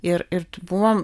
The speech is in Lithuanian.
ir ir buvome